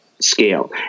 scale